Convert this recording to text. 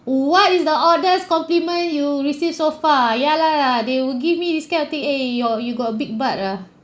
what is the honest compliment you receive so far ya lah they will give me this kind of thing eh your you got a big butt ah